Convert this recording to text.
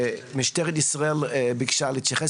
משטרת ישראל ביקשה להתייחס,